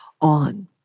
on